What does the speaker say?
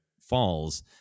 falls